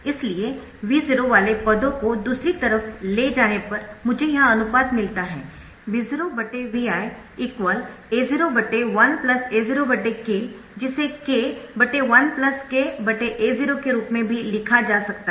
इसलिए V0 वाले पदों को दूसरी तरफ ले जाने पर मुझे यह अनुपात मिलता है V0 Vi A0 1 A0 k जिसे k 1 k A0 के रूप में भी लिखा जा सकता है